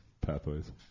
pathways